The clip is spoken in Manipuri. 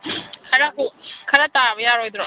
ꯈꯔ ꯇꯥꯕ ꯌꯥꯔꯣꯏꯗ꯭ꯔꯣ